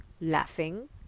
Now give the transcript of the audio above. laughing